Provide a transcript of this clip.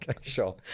sure